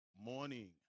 Morning